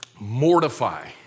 mortify